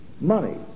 money